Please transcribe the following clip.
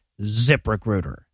ZipRecruiter